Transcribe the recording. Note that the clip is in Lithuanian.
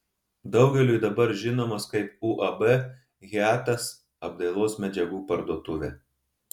daugeliui dabar žinomas kaip uab hiatas apdailos medžiagų parduotuvė